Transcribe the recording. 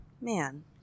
Man